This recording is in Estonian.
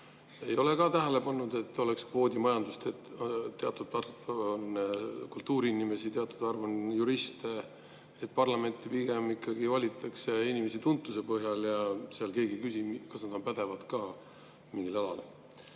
Ei ole ka tähele pannud, et oleks kvoodimajandust, et teatud arv on kultuuriinimesi, teatud arv on juriste. Parlamenti valitakse inimesi pigem tuntuse põhjal ja keegi ei küsi, kas nad on pädevad ka mingil alal. Aga